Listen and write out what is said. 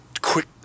quick